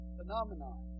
Phenomenon